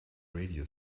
radio